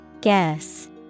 Guess